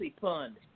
fund